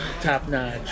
top-notch